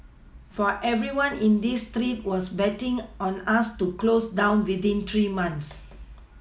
for everyone in this street was betting on us to close down within three months